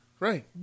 Right